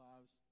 lives